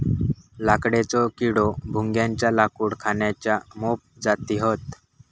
लाकडेचो किडो, भुंग्याच्या लाकूड खाण्याच्या मोप जाती हत